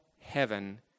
heaven